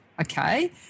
okay